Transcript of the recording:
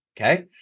okay